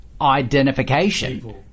Identification